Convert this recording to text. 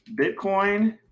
Bitcoin